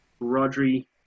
Rodri